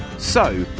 so,